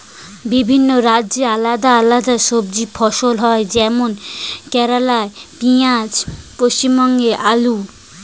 বিভিন্ন রাজ্যে আলদা আলদা সবজি ফসল হয় যেমন কেরালাই পিঁয়াজ, পশ্চিমবঙ্গে আলু